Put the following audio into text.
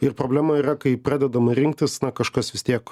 ir problema yra kai pradedama rinktis na kažkas vis tiek